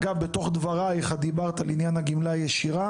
אגב, בתוך דברייך את דיברת על עניין הגמלה הישירה.